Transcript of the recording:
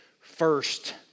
first